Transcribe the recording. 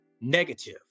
Negative